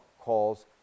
calls